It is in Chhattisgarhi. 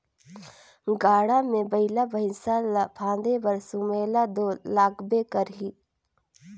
गाड़ा मे बइला भइसा ल फादे बर सुमेला दो लागबे करही